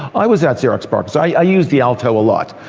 i was at xerox parc, i used the alto a lot.